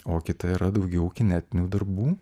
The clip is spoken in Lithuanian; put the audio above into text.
o kita yra daugiau kinetinių darbų